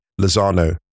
Lozano